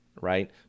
right